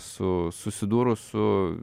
su susidūrus su